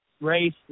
race